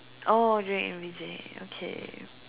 oh during in Beijing